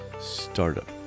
startup